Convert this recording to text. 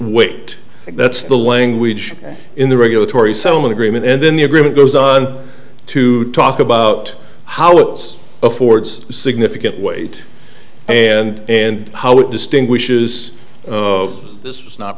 weight that's the language in the regulatory so many agreement and then the agreement goes on to talk about how it's affords significant weight and and how it distinguishes this was not